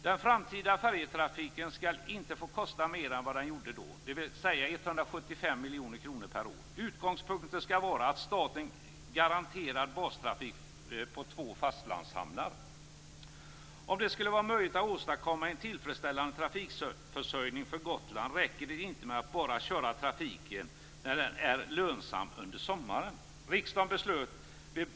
Den framtida färjetrafiken skall inte få kosta mer än vad den gjorde då, dvs. 175 miljoner kronor per år. Utgångspunkten skall vara att staten garanterar bastrafik på två fastlandshamnar. Om det skall vara möjligt att åstadkomma en tillfredsställande trafikförsörjning för Gotland räcker det inte med att bara köra trafiken när den är lönsam under sommaren.